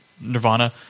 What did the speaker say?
Nirvana